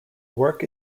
work